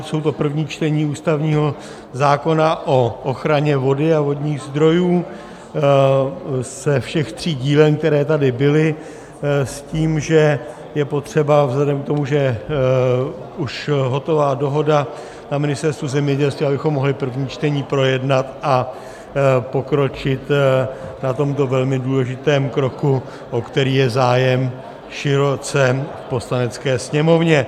Jsou to první čtení ústavního zákona o ochraně vody a vodních zdrojů ze všech tří dílen, které tady byly, s tím, že je potřeba vzhledem k tomu, že už je hotová dohoda na Ministerstvu zemědělství, abychom mohli první čtení projednat a pokročit na tomto velmi důležitém kroku, o který je zájem široce v Poslanecké sněmovně.